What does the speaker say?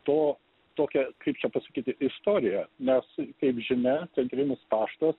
to tokia kaip čia pasakyti istorija nes kaip žinia centrinis paštas